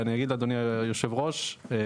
אני אגיד לאדוני היושב ראש,